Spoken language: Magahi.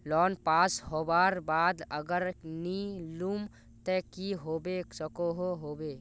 लोन पास होबार बाद अगर नी लुम ते की होबे सकोहो होबे?